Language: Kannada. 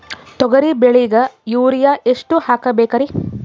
ತೊಗರಿ ಬೆಳಿಗ ಯೂರಿಯಎಷ್ಟು ಹಾಕಬೇಕರಿ?